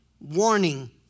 Warning